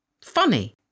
funny